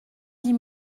dix